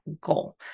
goal